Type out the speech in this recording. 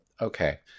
okay